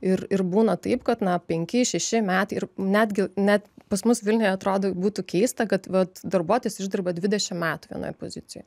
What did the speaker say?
ir ir būna taip kad na penki šeši metai ir netgi net pas mus vilniuje atrodo būtų keista kad vat darbuotojas išdirba dvidešim metų vienoj pozicijoj